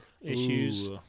issues